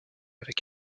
avec